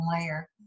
layer